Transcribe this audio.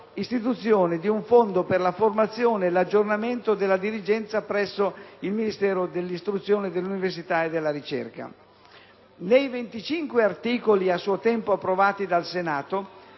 («Istituzione di un Fondo per la formazione e l'aggiornamento della dirigenza presso il Ministero dell'istruzione, dell'università e della ricerca»). Nei 25 articoli a suo tempo approvati dal Senato